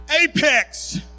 apex